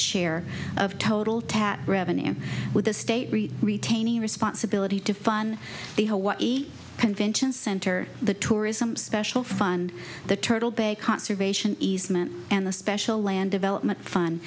share of total tax revenue and with the state retaining responsibility to fun the hawaii convention center the tourism special fund the turtle bay conservation easement and the special land development fun